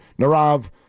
Narav